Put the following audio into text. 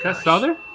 southern?